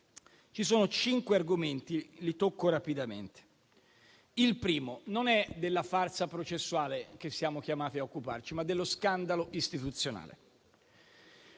Ci sono cinque argomenti, li tocco rapidamente. Il primo è che non è della farsa processuale che siamo chiamati a occuparci, ma dello scandalo istituzionale.